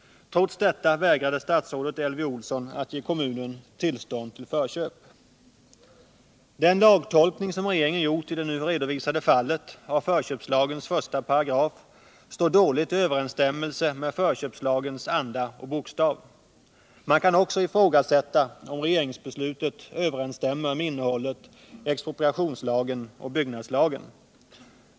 Trots detta vägrade statsrådet Elvy Olsson att ge kommunen tillstånd till förköp. Den lagtolkning som regeringen gjort i det nu redovisade fallet av 1 § förköpslagen står i dålig överensstämmelse med förköpslagens anda och bokstav. Man kan också ifrågasätta om regeringsbeslutet överensstämmer med innehållet i expropriationslagen och byggnadslagen.